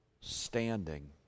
standing